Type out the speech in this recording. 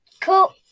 cool